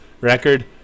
record